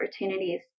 opportunities